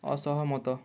ଅସହମତ